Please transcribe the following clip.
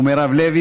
ומירב בן ארי,